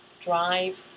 drive